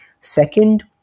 Second